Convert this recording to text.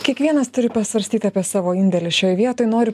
kiekvienas turi pasvarstyt apie savo indėlį šioj vietoj noriu